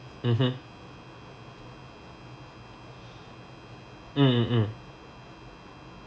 mmhmm mm mm mm